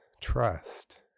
trust